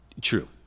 True